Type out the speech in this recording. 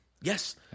Yes